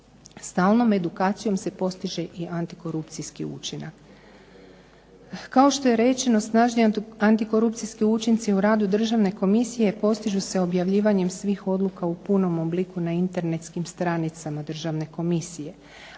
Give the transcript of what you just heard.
Stalnom edukacijom se postiže i antikorupcijski učinak. Kao što je rečeno snažni antikorupcijski učinci u radu državne komisije postižu se objavljivanjem svih odluka u punom obliku na internetskim stranicama državne komisije.